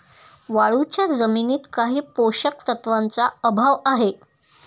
वाळूच्या जमिनीत काही पोषक तत्वांचा अभाव आहे